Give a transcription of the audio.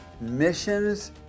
missions